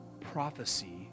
prophecy